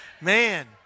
Man